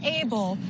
able